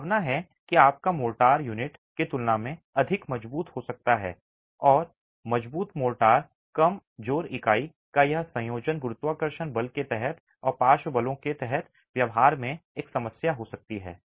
संभावना है कि आपका मोर्टार यूनिट की तुलना में अधिक मजबूत हो सकता है और मजबूत मोर्टार कमजोर इकाई का यह संयोजन गुरुत्वाकर्षण के तहत और पार्श्व बलों के तहत व्यवहार में एक समस्या हो सकती है